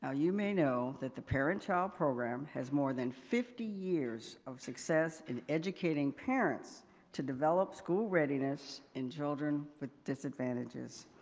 ah you may know that the parent-child program has more than fifty years of success in educating parents to develop school readiness in children with disadvantages.